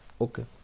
Okay